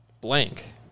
blank